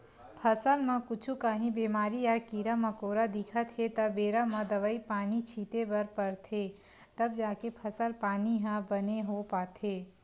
फसल म कुछु काही बेमारी या कीरा मकोरा दिखत हे त बेरा म दवई पानी छिते बर परथे तब जाके फसल पानी ह बने हो पाथे